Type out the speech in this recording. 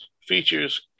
features